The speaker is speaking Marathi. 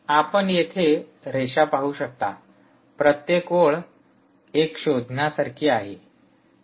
स्लाइड वेळ पहा 4754 आपण येथे रेषा पाहू शकता प्रत्येक ओळ एक शोधण्यासारखी आहे